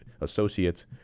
associates